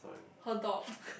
her dog